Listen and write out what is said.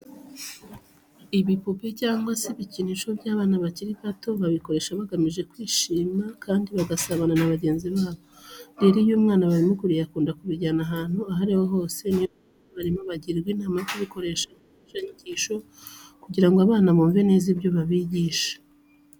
Ibipupe cyangwa se ibikinisho by'abana bakiri bato babikoresha bagamije kwishima kandi bagasabana na bagenzi babo. Rero, iyo umwana babimuguriye akunda kubijyana ahantu aho ari ho hose. Ni yo mpamvu abarimu bagirwa inama yo kubikoresha nk'imfashanyigisho kugira ngo abana bumve neza ibyo babigisha.